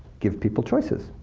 give people choices.